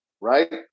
Right